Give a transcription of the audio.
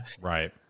Right